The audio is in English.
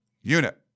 unit